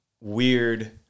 weird